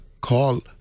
call